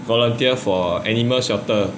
volunteer for animal shelter